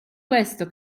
questo